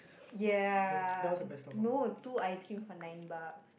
ya no two ice cream for nine bucks